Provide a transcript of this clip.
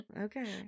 okay